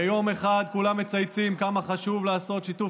ויום אחד כולם מצייצים כמה חשוב לעשות שיתוף